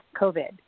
COVID